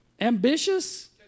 Ambitious